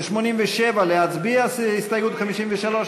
ב-87, להצביע על הסתייגות מס' 53?